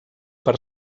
per